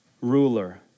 ruler